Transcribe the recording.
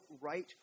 right